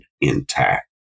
intact